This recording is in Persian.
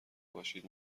باشید